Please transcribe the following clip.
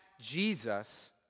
Jesus